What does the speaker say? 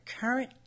current